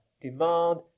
demand